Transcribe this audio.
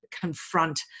confront